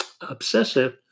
obsessive